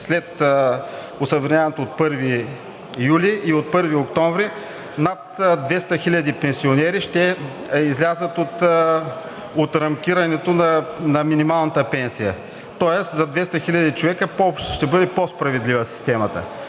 след осъвременяването от 1 юли и от 1 октомври над 200 хиляди пенсионери ще излязат от рамкирането на минималната пенсия. Тоест за 200 хиляди човека ще бъде по-справедлива системата.